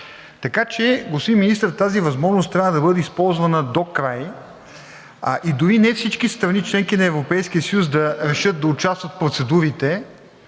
Така че, господин Министър, тази възможност трябва да бъде използвана докрай и дори не всички страни – членки на Европейския съюз, да решат да участват в процедурите,